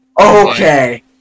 Okay